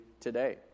today